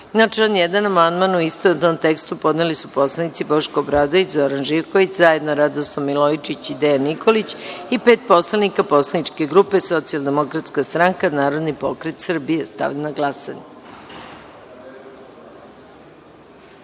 član 1. amandman, u istovetnom tekstu, podneli su poslanici Boško Obradović, Zoran Živković, zajedno Radoslav Milojičić i Dejan Nikolić i pet poslanika poslaničke grupe Socijaldemokratska stanka, Narodni pokret Srbije. Stavljam na glasanje